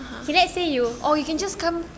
okay let's say you